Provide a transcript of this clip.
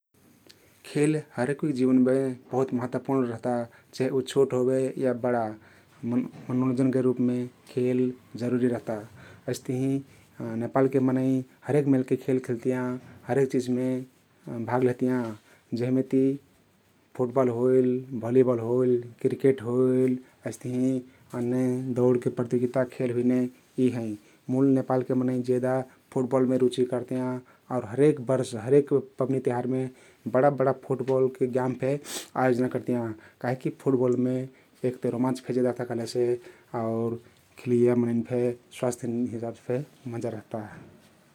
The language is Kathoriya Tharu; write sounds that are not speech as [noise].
खेल हरेक कुइक जिवनमे बहुत महत्व पुर्ण रहता चाहे उ छोट होबे या बडा [unintelligible] मनोरञ्जनके रुपमे खेल जरुरी रहता । अइस्तहिं [hesitation] नेपालके मनै हरेक मेलके खेल खिल्तियाँ, हरेक चिझमे भाग लेहतियाँ जेहमे ति फुटबल होइल, भलिबल होइल, क्रिकेट होइल अइस्तहिं अन्य दौडके प्रतियोगिता खेल हुइने यी हँइ । मुल नेपालके मनै जेदा फुटबलमे रुची करतियाँ आउ हरेक बर्ष हरेक पवनी तिउहारमे बडा बडा फुटबलके ग्याम फे आयोजना करतियाँ काहिकी फुटबलमे एक ते रोमाञ्च फे जेदा रहता कहलेसे आउर खिलैया मनैन फे स्वास्थ्यके हिसाबसे मजा रहता ।